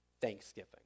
Thanksgiving